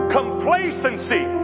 complacency